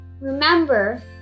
Remember